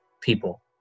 people